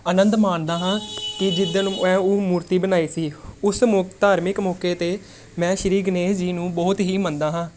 ਆਨੰਦ ਮਾਣਦਾ ਹਾਂ ਕਿ ਜਿੱਦਣ ਮੈਂ ਉਹ ਮੂਰਤੀ ਬਣਾਈ ਸੀ ਉਸ ਮੌ ਧਾਰਮਿਕ ਮੌਕੇ 'ਤੇ ਮੈਂ ਸ਼੍ਰੀ ਗਣੇਸ਼ ਜੀ ਨੂੰ ਬਹੁਤ ਹੀ ਮੰਨਦਾ ਹਾਂ